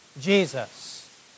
Jesus